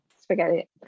Spaghetti